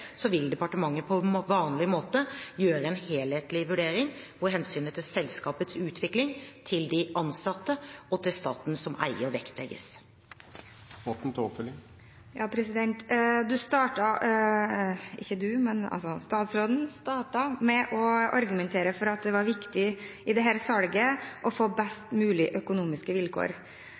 vil departementet på vanlig måte gjøre en helhetlig vurdering, hvor hensynet til selskapets utvikling, til de ansatte og til staten som eier vektlegges. Statsråden startet med å argumentere for at det var viktig i dette salget å få best mulige økonomiske vilkår.